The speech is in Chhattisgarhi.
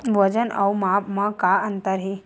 वजन अउ माप म का अंतर हे?